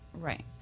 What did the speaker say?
Right